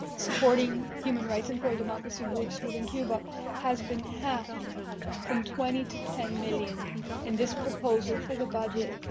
supporting human rights and pro-democracy groups within cuba has been halved from twenty to ten million in this proposal for the budget.